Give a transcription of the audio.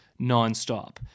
nonstop